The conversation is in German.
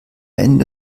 ende